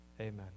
Amen